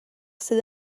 sydd